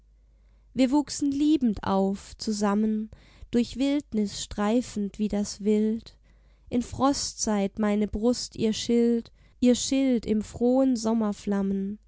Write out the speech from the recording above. wir wuchsen liebend auf zusammen durch wildnis streifend wie das wild in frostzeit meine brust ihr schild ihr schild im frohen